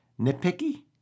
Nitpicky